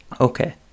okay